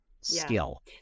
skill